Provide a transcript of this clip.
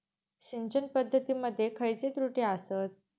सिंचन पद्धती मध्ये खयचे त्रुटी आसत?